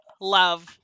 love